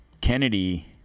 Kennedy